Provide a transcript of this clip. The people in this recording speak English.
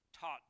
taught